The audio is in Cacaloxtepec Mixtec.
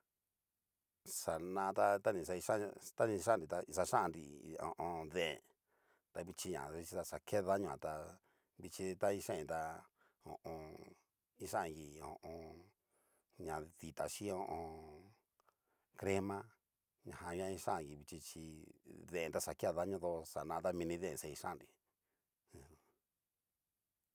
Xana ta- ta nixa kichan'nri ta ni xa kixan'nri deen ta vichi ta na xa que dañoa tá vichi ta ixain ta ho o on. ixangi ho o on. dita chín ho o on. crema ñajan ixangi vichi chi. deen ta xa kea daño tó xana mini deen ni xa kixanri aja.